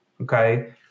Okay